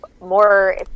more